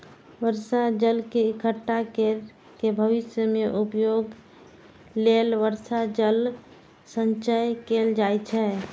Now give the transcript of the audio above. बर्षा जल के इकट्ठा कैर के भविष्य मे उपयोग लेल वर्षा जल संचयन कैल जाइ छै